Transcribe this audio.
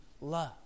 love